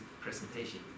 presentation